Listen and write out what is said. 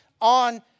on